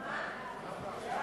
ההצעה